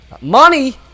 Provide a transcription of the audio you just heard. money